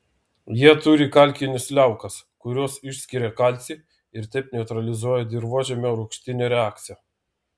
jie turi kalkines liaukas kurios išskiria kalcį ir taip neutralizuoja dirvožemio rūgštinę reakciją